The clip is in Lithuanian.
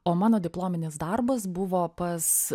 o mano diplominis darbas buvo pas